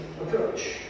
approach